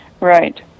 right